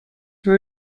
were